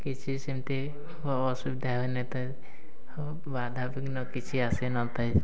କିଛି ସେମିତି ଅସୁବିଧା ହୋଇନଥାଏ ବାଧା ବିଘ୍ନ କିଛି ଆସି ନଥାଏ